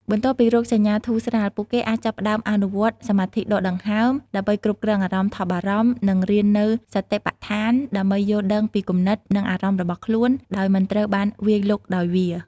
បន្ទាប់ពីរោគសញ្ញាធូរស្រាល ពួកគេអាចចាប់ផ្តើមអនុវត្តន៍ សមាធិដកដង្ហើម ដើម្បីគ្រប់គ្រងអារម្មណ៍ថប់បារម្ភ និងរៀននូវ សតិប្បដ្ឋាន ដើម្បីយល់ដឹងពីគំនិត និងអារម្មណ៍របស់ខ្លួន ដោយមិនត្រូវបានវាយលុកដោយវា។